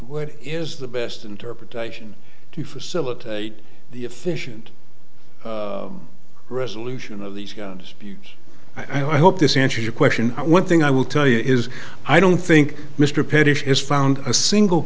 what is the best interpretation to facilitate the efficient resolution of these guns i hope this answers your question one thing i will tell you is i don't think mr parish has found a single